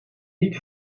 niet